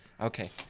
Okay